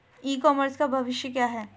ई commerce का भविष्य क्या है?